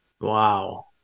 Wow